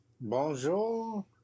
bonjour